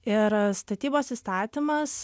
ir statybos įstatymas